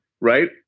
right